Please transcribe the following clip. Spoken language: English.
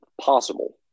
possible